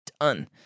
done